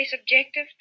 objective